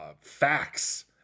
facts